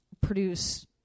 produce